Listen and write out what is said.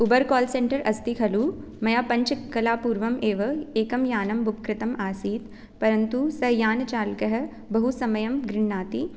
Uber call centre अस्ति खलु मया पञ्चकलापूर्वम् एव एकं यानं बुक् कृतम् आसीत् परन्तु सः यानचालकः बहुसमयं गृह्णाति